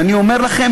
ואני אומר לכם